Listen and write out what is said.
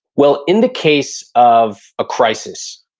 well, in the case of a crisis,